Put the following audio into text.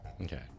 Okay